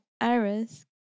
Iris